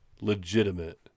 legitimate